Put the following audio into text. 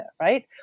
right